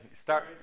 Start